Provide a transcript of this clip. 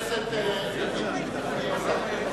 אבל אי-אפשר כל הזמן.